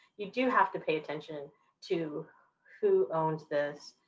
you do have to pay attention to who owns this,